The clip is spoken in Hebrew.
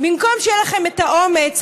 במקום שיהיה לכם את האומץ,